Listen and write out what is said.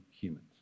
humans